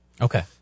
Okay